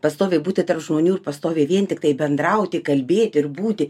pastoviai būti tarp žmonių ir pastoviai vien tiktai bendrauti kalbėt ir būti